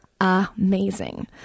amazing